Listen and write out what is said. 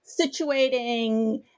situating